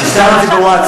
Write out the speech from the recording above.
שישלח לך את זה בווטסאפ.